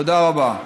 תודה רבה.